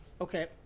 Okay